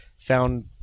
found